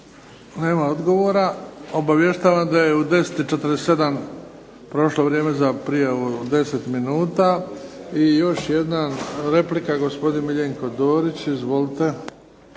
Nema odgovora. Obavještavam da je u 10,47 prošlo vrijeme za prijavu od 10 minuta. I još jedna replika, gospodin Miljenko Dorić. Izvolite.